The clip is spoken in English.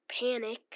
panic